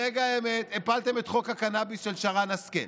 ברגע האמת הפלתם את חוק הקנביס של שרן השכל,